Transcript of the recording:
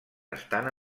estant